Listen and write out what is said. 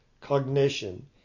cognition